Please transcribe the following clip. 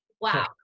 Wow